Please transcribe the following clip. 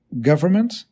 government